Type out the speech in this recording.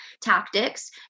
tactics